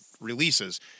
releases